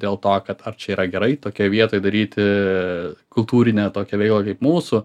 dėl to kad ar čia yra gerai tokioj vietoj daryti kultūrinę tokią veiklą kaip mūsų